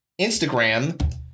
Instagram